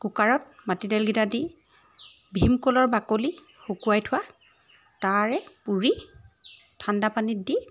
কুকাৰত মাটিদাইলকেইটা দি ভীমকলৰ বাকলি শুকোৱাই থোৱা তাৰে পূৰি ঠাণ্ডা পানীত দি